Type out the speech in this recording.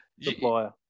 supplier